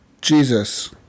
Jesus